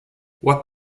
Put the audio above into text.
what